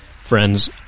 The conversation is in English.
friends